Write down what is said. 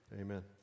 amen